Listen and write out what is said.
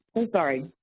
i'm sorry.